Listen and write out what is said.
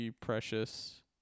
precious